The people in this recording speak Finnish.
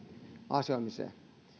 asioimiseen tavallinen